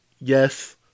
yes